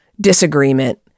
disagreement